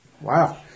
Wow